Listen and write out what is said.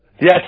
Yes